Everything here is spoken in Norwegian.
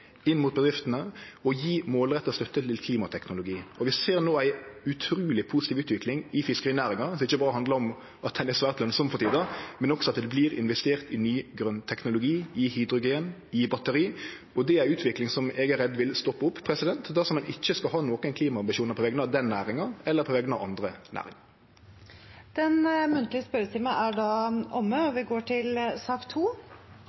inn mot bedriftene, og gje målretta støtte til klimateknologi. Vi ser no ei utruleg positiv utvikling i fiskerinæringa som ikkje berre handlar om at ho er svært lønsam for tida, men også om at det vert investert i ny, grøn teknologi, i hydrogen, i batteri. Det er ei utvikling eg er redd vil stoppe opp dersom ein ikkje skal ha nokre klimaambisjonar på vegner av den næringa, eller på vegner av andre næringar. Den muntlige spørretimen er da omme.